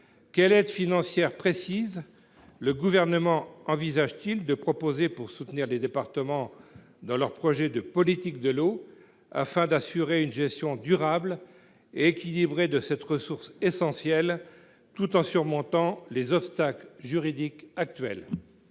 quelles aides financières précises le Gouvernement envisage t il de proposer pour soutenir les départements dans leurs projets de politique de l’eau, afin qu’ils assurent une gestion durable et équilibrée de cette ressource essentielle, tout en surmontant les obstacles juridiques actuels ?